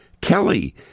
kelly